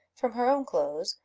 from her own clothes,